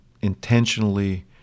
intentionally